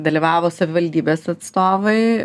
dalyvavo savivaldybės atstovai